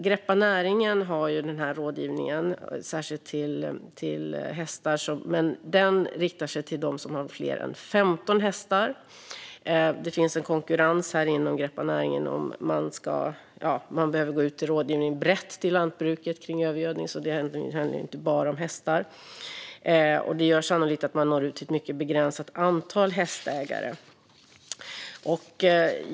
Greppa Näringen har rådgivning särskilt om hästar. Den riktar sig till dem som har fler än 15 hästar. Det finns en konkurrens inom Greppa Näringen om man behöver gå ut med rådgivning brett till lantbruket om övergödning. Det handlar inte bara om hästar. Det gör att man sannolikt når ut till ett mycket begränsat antal hästägare.